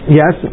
yes